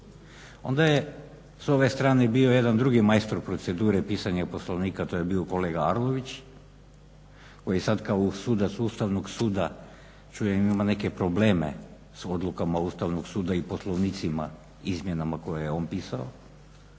onda je s ove strane bio jedan drugi majstor procedure pisanja Poslovnika to je bio kolega Arlović koji je sad kao sudac Ustavnog suda čujem ima neke probleme s odlukama Ustavnog suda i poslovnicima izmjenama koje je on pisao